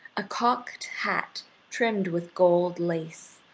a cocked hat trimmed with gold lace,